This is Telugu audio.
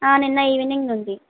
నిన్న ఈవినింగ్ నుండి